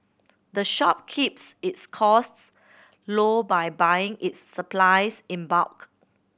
the shop keeps its costs low by buying its supplies in bulk